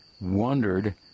wondered